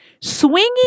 swinging